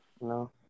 no